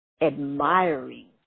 admiring